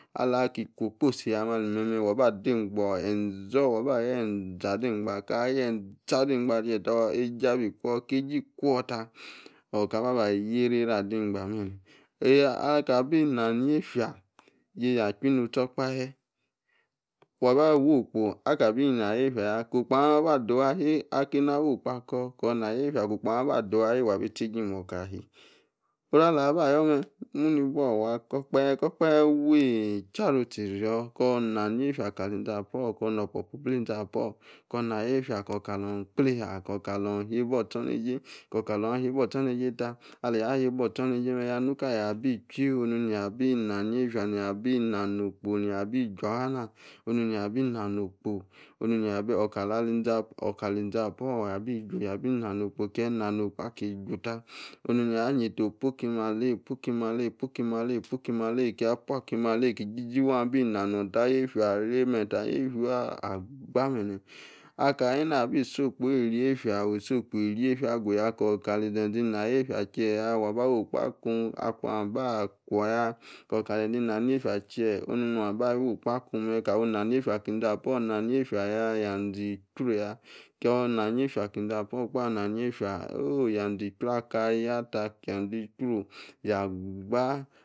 Alah, ki ku, okposi yamen, ali-meme waba degba. eze-on waba aye-eze ade gba che-ta, esie abi kwo, ki esie kwo ta oh, ka-ba-ba, yie-enenal ade gba bene-eeh, aka, bi na yefia, yesa, ekwi nu tie okpehe waba, wo-okpo aka ibi nane-yefia ko-okpo, nye. Aba adow alue akewi, awo okpo ako, na yefia ko-okpo, mamem aba, dow wa, bi tie-ejie moka-alue, oru alah, aba yor mem, mumi-buo wa, kor-okpahe, kor, okpahe, charu-atie yrio kor, na-yefia kali iza-apa or, kor-no-opupu blei-izapa on, kor na-yefia kalor kley-haa, ku-kalor kle-ha, ostonejie kor-kalor, ahie-ba ostonejie ta aleyi ahie-eba ostoneje mom ya onu kaleyi abi chwi, ono, niah abi, na yefia mah abi nano-okpo, abi chu-awama, ono-mah abi nano okpo, ono-niah, oh kali-izin, apa on sabi, na-no okpo, akie na-no-okpo, akie ohu, ta ono-mah, yieta opu ki maleyi puki, maleyi, puki’ maleyi, puki, maleyi, kia puki maleyi ki-iji-ji waw abi nanon, ta yefia axemata, yefia, agba, bene, aka ham-ni nor so-okpo iri-yefia, aguya kor-kali, zeze ina yefia, kieya, waba wu-okpo, akun akwa aba kwoya, kor-kali-ze-ze ina yefia tie ya ono-nua, aba, wo-okpo, aku mem kawor, inyefia, ke-iza-apa or na yefia ya yaze-ichru-ya, kor na yefia, ki-za apa orr, kpa, ina yefia, oh yazee, ichru aka, ya ta, kie-ze, ichru, ya gba.